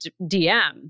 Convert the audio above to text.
DM